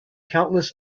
countless